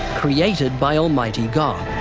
created by almighty god.